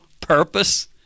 purpose